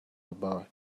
about